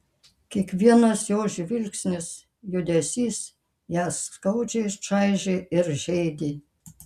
kiekvienas jo žvilgsnis judesys ją skaudžiai čaižė ir žeidė